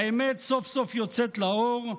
האמת סוף-סוף יוצאת לאור,